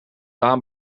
dame